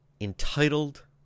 Entitled